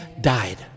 died